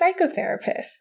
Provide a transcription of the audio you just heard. psychotherapist